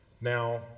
Now